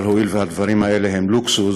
אבל הואיל והדברים האלה הם לוקסוס,